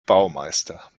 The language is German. baumeister